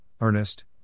Ernest